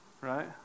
right